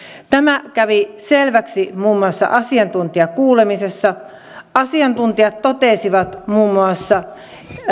tämä kävi selväksi muun muassa asiantuntijakuulemisessa asiantuntijat totesivat muun muassa